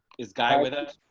is guy with us.